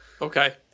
Okay